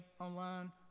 online